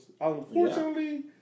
Unfortunately